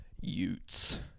Utes